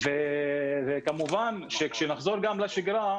כמובן שכאשר נחזור לשגרה,